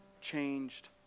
changed